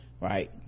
Right